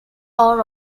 are